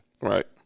Right